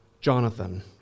Jonathan